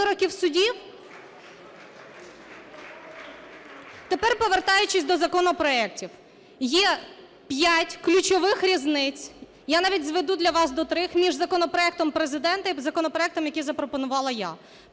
Тепер повертаючись до законопроектів. Є п'ять ключових різниць, я навіть зведу для вас до трьох, між законопроектом Президента і законопроектом, який запропонувала я.